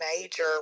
major